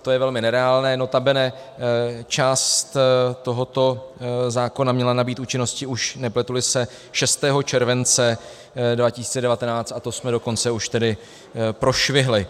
To je velmi nereálné, notabene část tohoto zákona měla nabýt účinnosti už, nepletuli se, 6. července 2019, to jsme dokonce už tedy prošvihli.